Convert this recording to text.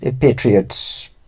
patriots